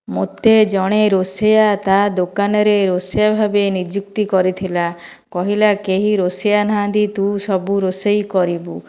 ମୋତେ ଜଣେ ରୋଷେୟା ତା ଦୋକାନରେ ରୋଷେୟା ଭାବେ ନିଯୁକ୍ତି କରିଥିଲା କହିଲା କେହି ରୋଷେୟା ନାହାନ୍ତି ତୁ ସବୁ ରୋଷେଇ କରିବୁ